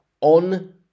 On